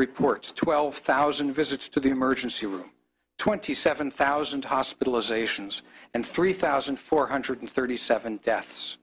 reports twelve thousand visits to the emergency room twenty seven thousand hospitalizations and three thousand four hundred thirty seven deaths